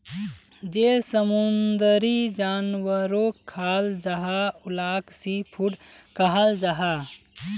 जेल समुंदरी जानवरोक खाल जाहा उलाक सी फ़ूड कहाल जाहा